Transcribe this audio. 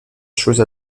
chose